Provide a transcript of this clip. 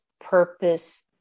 Purpose